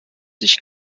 sich